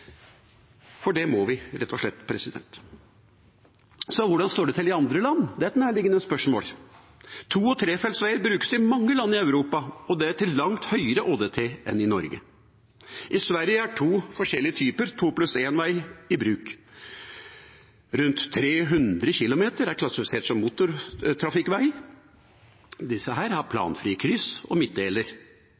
For det må vi, rett og slett. Så hvordan står det til i andre land? Det er et nærliggende spørsmål. To- og trefeltsveier brukes i mange land i Europa – og det til langt høyere ÅDT enn i Norge. I Sverige er to forskjellige typer 2+1-veier i bruk. Rundt 300 km er klassifisert som motortrafikkvei. Disse har planfrie kryss og midtdeler,